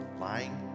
lying